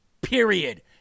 Period